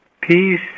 peace